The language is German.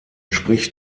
spricht